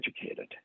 educated